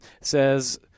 says